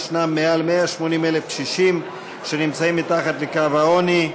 מעל 180,000 קשישים נמצאים מתחת לקו העוני,